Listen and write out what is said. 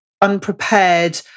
unprepared